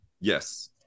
Yes